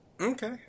okay